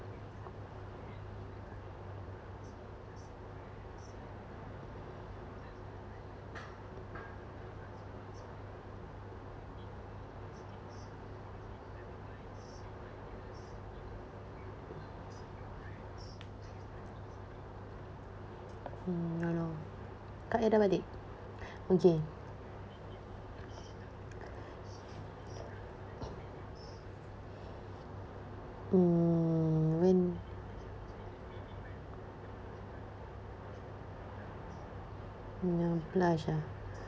mm ya loh kak I dah balik okay mm when your blush ah